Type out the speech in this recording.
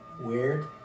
weird